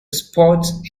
spots